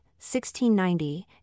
1690